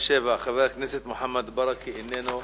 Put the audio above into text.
חבר הכנסת אלי אפללו